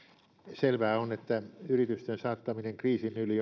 selvää on että yritysten saattaminen kriisin yli